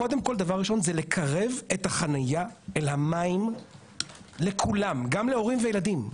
קודם כל דבר ראשון זה לקרב את החניה למים לכולם גם להורים וילדים.